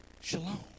Shalom